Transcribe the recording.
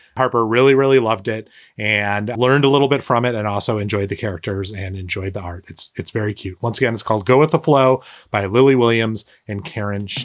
harper really, really loved it and learned a little bit from it and also enjoyed the characters and enjoyed the art. it's it's very cute. once again, it's called go with the flow by lilly williams and karen